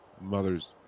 mother's